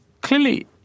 clearly